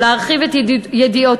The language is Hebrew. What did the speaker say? להרחיב את ידיעותיהם,